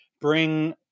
bring